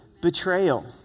Betrayal